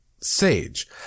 sage